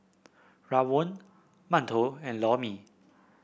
rawon mantou and Lor Mee